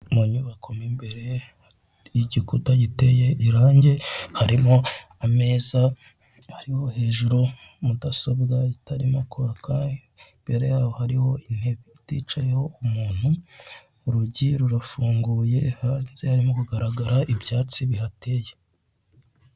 Mu nyubako mo imbere y'igikuta giteye irangi harimo ameza hariho hejuru mudasobwa itarimo kwabaka, imbere yaho hariho intebe iticayeho umuntu, urugi rurafunguye hanze harimo kugaragara ibyatsi bihateye.